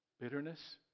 bitterness